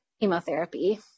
chemotherapy